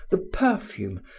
the perfume,